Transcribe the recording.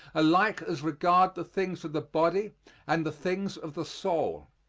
alike as regard the things of the body and the things of the soul.